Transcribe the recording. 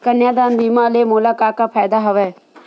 कन्यादान बीमा ले मोला का का फ़ायदा हवय?